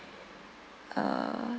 uh